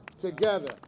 together